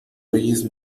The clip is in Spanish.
reyes